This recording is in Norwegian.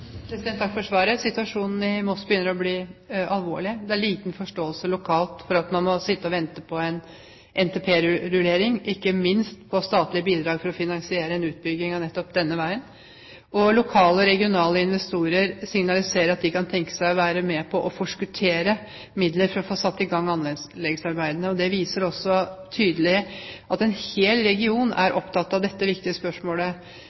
Takk for svaret. Situasjonen i Moss begynner å bli alvorlig. Det er liten forståelse lokalt for at man må sitte og vente på en NTP-rullering, ikke minst på statlige bidrag for å finansiere en utbygging av nettopp denne veien. Lokale og regionale investorer signaliserer at de kan tenke seg å være med på å forskuttere midler for å få satt i gang anleggsarbeidene. Det viser også tydelig at en hel region er opptatt av dette viktige spørsmålet.